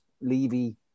Levy